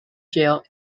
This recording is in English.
jail